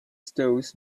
stalls